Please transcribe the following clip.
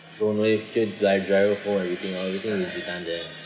so no need fill GIRO form all this is redundant